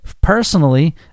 personally